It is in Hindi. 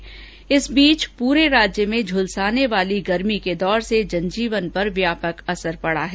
ै इस बीच पूरे राज्य में झुलसाने वाली गर्मी के दौर से जनजीवन पर व्यापक ैअसर पड़ा है